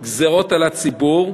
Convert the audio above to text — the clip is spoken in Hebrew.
פחות גזירות על הציבור.